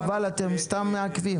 חבל, אתם סתם מעכבים.